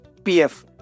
PF